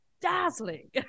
dazzling